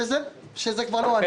שזה כבר לא ענף.